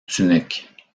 tunique